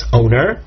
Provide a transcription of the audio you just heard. owner